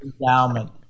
endowment